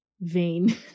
vain